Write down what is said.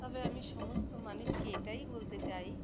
তবে আমি সমস্ত মানুষকে এটাই বলতে চাই